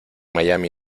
miami